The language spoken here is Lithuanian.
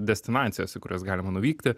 destinacijos į kurias galima nuvykti